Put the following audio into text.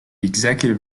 executive